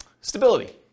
stability